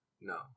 No